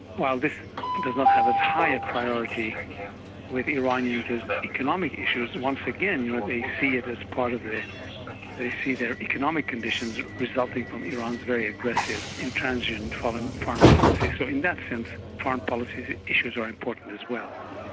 while this does not have as high a priority with iranians as economic issues, once again you know they see it as part of, they they see their economic conditions resulting from iran's very aggressive intransigent and foreign policy. so in that sense foreign policy issues are important as well.